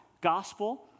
gospel